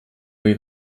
või